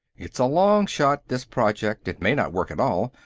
it's a long shot, this project. it may not work at all,